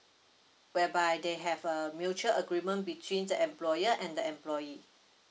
whereby they have a mutual agreement between the employer and the employee